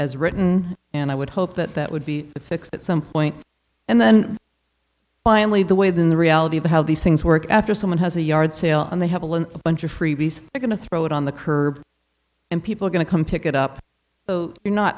as written and i would hope that that would be fixed at some point and then finally the way in the reality of how these things work after someone has a yard sale and they have a little bunch of freebies they're going to throw it on the curb and people are going to come pick it up you're not